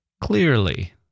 Clearly